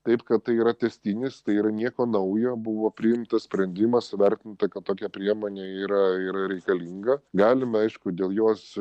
taip kad tai yra tęstinis tai yra nieko naujo buvo priimtas sprendimas vertint ta kad tokia priemonė yra yra reikalinga galim aišku dėl jos